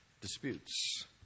disputes